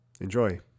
Enjoy